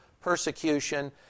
persecution